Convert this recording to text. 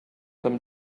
them